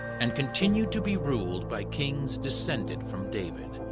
and continued to be ruled by kings descended from david.